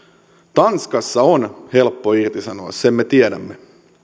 tanskassa on helppo irtisanoa sen me tiedämme